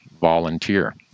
volunteer